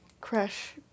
crash